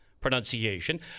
pronunciation